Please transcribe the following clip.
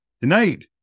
Tonight